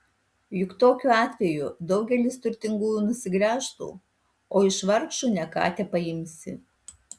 juk tokiu atveju daugelis turtingųjų nusigręžtų o iš vargšų ne ką tepaimsi